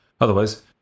Otherwise